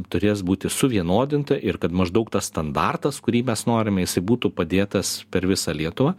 turės būti suvienodinta ir kad maždaug tas standartas kurį mes norime jisai būtų padėtas per visą lietuvą